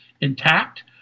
intact